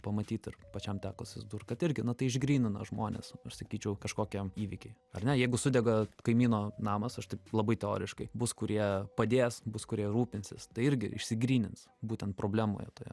pamatyt ir pačiam teko susidurt kad irgi na tai išgrynina žmones aš sakyčiau kažkokie įvykiai ar ne jeigu sudega kaimyno namas aš taip labai teoriškai bus kurie padės bus kurie rūpinsis tai irgi išsigrynins būtent problemoje toje